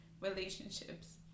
relationships